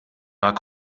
war